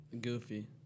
goofy